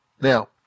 Now